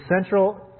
central